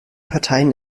parteien